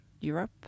Europe